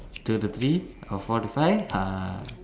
two to three or four to five ha